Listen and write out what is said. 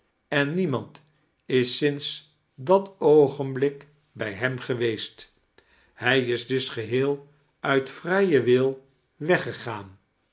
en nieimaind is sinds dat oogenblik bij hem geweest hij is dus geheel uit wijen wil weggegaan